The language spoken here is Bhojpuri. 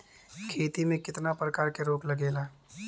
खेती में कितना प्रकार के रोग लगेला?